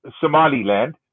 Somaliland